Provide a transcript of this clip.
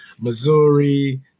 Missouri